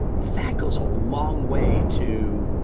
that goes a long way to